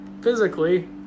physically